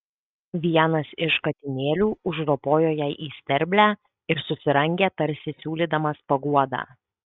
vienas iš katinėlių užropojo jai į sterblę ir susirangė tarsi siūlydamas paguodą